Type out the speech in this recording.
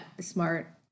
smart